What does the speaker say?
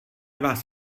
vás